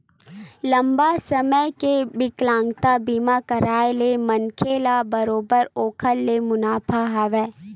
लंबा समे के बिकलांगता बीमा कारय ले मनखे ल बरोबर ओखर ले मुनाफा हवय